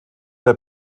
der